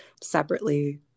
separately